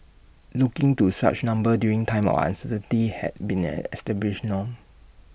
looking to such numbers during times of uncertainty has been an established norm